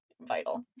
vital